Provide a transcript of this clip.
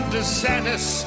DeSantis